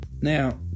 Now